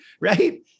right